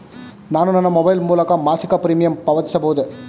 ನಾನು ನನ್ನ ಮೊಬೈಲ್ ಮೂಲಕ ಮಾಸಿಕ ಪ್ರೀಮಿಯಂ ಪಾವತಿಸಬಹುದೇ?